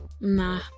Nah